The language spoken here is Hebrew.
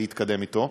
להתקדם אתו,